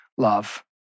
love